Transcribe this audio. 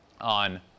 on